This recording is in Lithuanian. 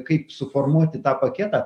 kaip suformuoti tą paketą